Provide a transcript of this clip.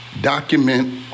document